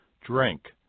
Drink